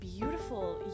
beautiful